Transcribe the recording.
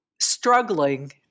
struggling